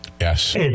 Yes